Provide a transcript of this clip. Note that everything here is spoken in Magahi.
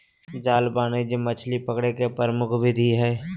जाल वाणिज्यिक मछली पकड़े के प्रमुख विधि हइ